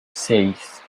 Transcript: seis